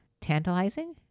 Tantalizing